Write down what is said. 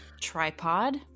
Tripod